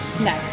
No